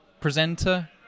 presenter